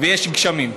ויש גשמים,